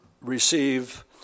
receive